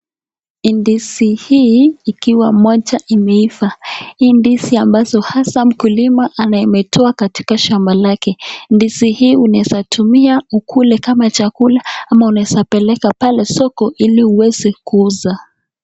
Ndizi hii ikiwa moja imeivaa, hii ndizi ambazo hasa mkulima ameitoa katika shamba lake ndizi hii unaweza tumia ukule kama chakula ama unaweza ipeleka pale soko ili uweze kuuza.